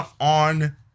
on